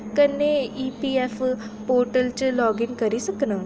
कन्नै EPFO portal च log in करी सकनां